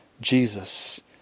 Jesus